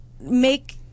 make